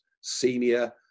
senior